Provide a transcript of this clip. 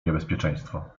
niebezpieczeństwo